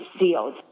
sealed